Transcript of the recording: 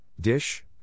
DISH